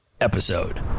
episode